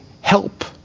Help